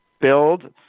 build